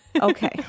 Okay